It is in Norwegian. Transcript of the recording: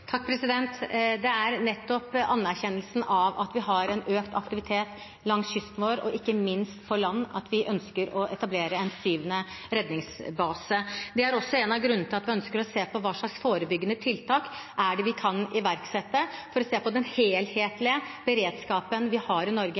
Det er nettopp erkjennelsen av at vi har økt aktivitet langs kysten vår og ikke minst på land, som gjør at vi ønsker å etablere en syvende redningsbase. Det er også en av grunnene til at vi ønsker å se på hva slags forebyggende tiltak vi kan iverksette ved å se på den helhetlige beredskapen vi har i Norge